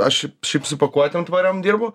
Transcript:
aš šiaip su pakuotėm tvariom dirbu